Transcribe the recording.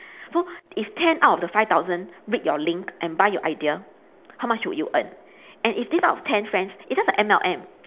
so if ten out of the five thousand break read link and buy your idea how much would you earn and if this out of ten friends it's just like M_L_M